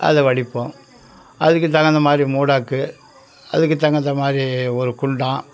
அதை வடிப்போம் அதுக்கு தகுந்த மாதிரி மூடாக்கு அதுக்கு தகுந்த மாதிரி ஒரு குண்டான்